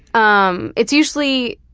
um it's usually